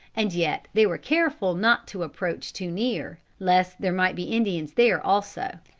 and yet they were careful not to approach too near, lest there might be indians there also.